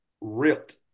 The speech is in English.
ripped